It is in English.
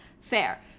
Fair